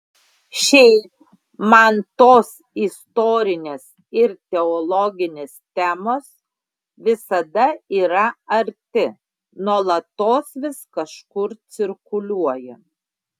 šiaip man tos istorinės ir teologinės temos visada yra arti nuolatos vis kažkur cirkuliuoja